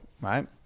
right